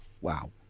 wow